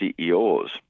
CEOs